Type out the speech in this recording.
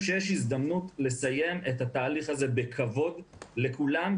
שיש הזדמנות לסיים את התהליך הזה בכבוד לכולם,